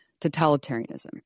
totalitarianism